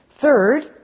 Third